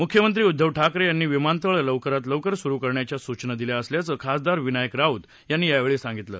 मुख्यमंत्री उद्धव ठाकरे यांनी हे विमानतळ लवकरात लवकर सुरू करण्याच्या सूचना दिल्या असल्याचं खासदार विनायक राऊत यांनी सांगितलं